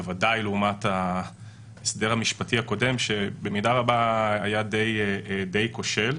בוודאי לעומת ההסדר המשפטי הקודם שבמידה רבה היה די כושל.